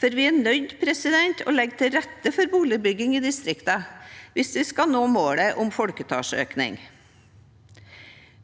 Vi er nødt til å legge til rette for boligbygging i distriktene hvis vi skal nå målet om folketallsøkning.